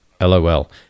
LOL